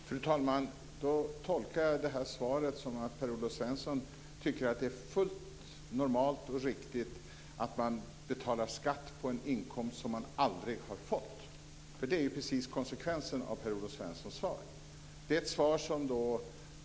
Fru talman! Jag tolkar svaret som att Per-Olof Svensson tycker att det är fullt normalt och riktigt att man betalar skatt på en inkomst som man aldrig har fått. Det är konsekvensen av Per-Olof Svenssons svar.